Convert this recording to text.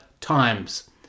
times